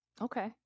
okay